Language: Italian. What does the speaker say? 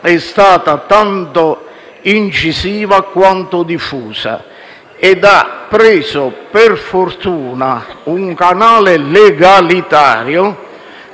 è stata tanto incisiva quanto diffusa ed ha preso, per fortuna, un canale legalitario,